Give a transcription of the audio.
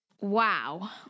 wow